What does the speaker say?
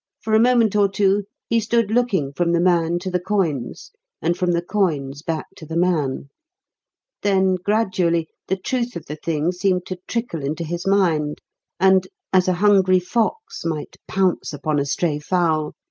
for a moment or two he stood looking from the man to the coins and from the coins back to the man then, gradually, the truth of the thing seemed to trickle into his mind and, as a hungry fox might pounce upon a stray fowl,